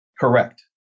Correct